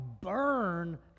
burn